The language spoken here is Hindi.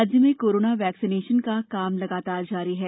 राज्य में कोरोना वैक्सीनेशन का काम लगातार जारी है